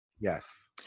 Yes